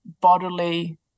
bodily